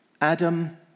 Adam